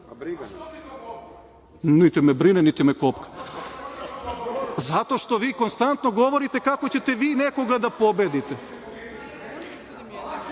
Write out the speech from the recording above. Što te to boli?)Niti me brine, niti me kopka. Zato što vi konstantno govorite kako ćete vi nekoga da pobedite.